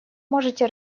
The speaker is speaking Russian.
можете